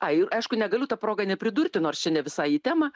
ai ir aišku negaliu ta proga ne pridurti nors čia ne visai į temą